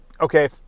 okay